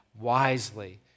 wisely